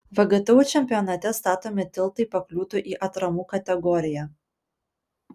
vgtu čempionate statomi tiltai pakliūtų į atramų kategoriją